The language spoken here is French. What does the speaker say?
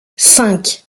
cinq